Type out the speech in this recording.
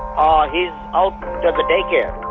um ah he's out at the daycare